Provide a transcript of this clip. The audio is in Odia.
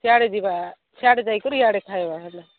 ସେଆଡ଼େ ଯିବା ସେଆଡ଼େ ଯାଇକରି ଇଆଡ଼େ ଖାଇବା ହେଲା